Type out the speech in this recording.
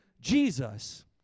Jesus